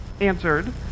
answered